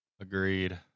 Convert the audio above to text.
Agreed